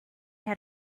had